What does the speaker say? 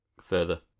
Further